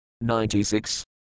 Ninety-Six